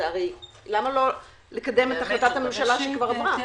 למה לא לקדם את החלטת הממשלה שכבר עברה?